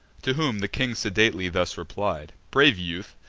to whom the king sedately thus replied brave youth,